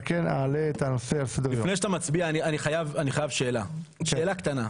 לפני שאתה מצביע, אני חייב לשאול שאלה קטנה.